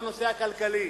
בנושא הכלכלי.